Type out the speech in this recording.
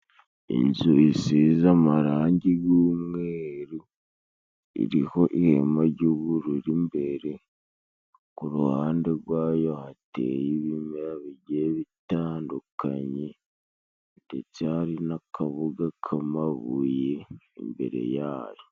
Inzu zisize amarangi y’umweru， iriho irembo ry'ubururu imbere， ku ruhande rwayo hateye ibimera bitandukanye， ndetse hari n'akabuga k'amabuye imbere yaho.